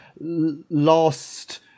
lost